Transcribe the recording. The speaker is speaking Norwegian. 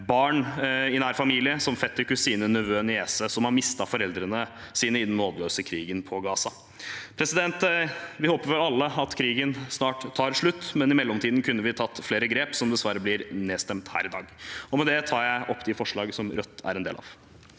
barn i nær familie, som fetter, kusine, nevø og niese som har mistet foreldrene sine i den nådeløse krigen i Gaza. Vi håper alle at krigen snart tar slutt, men i mellomtiden kunne vi tatt flere grep, som dessverre blir nedstemt her i dag. Med det tar jeg opp de forslagene Rødt har sammen med